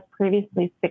previously